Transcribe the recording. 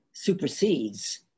Supersedes